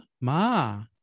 ma